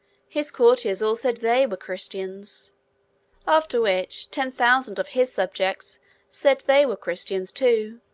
his courtiers all said they were christians after which, ten thousand of his subjects said they were christians too.